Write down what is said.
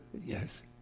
Yes